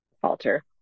falter